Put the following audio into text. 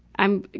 i'm,